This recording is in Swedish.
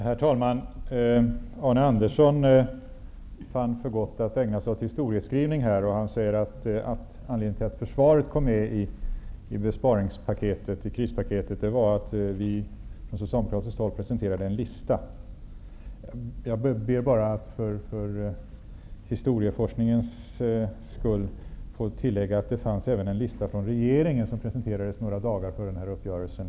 Herr talman! Arne Andersson fann för gott att ägna sig åt historieskrivning. Han sade att anledningen till att försvaret kom med i krispaketet var att vi socialdemokrater presenterade en lista. För historieforskningens skull vill jag bara tillägga att det fanns även en lista från regeringen, som presenterades några dagar före uppgörelsen.